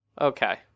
Okay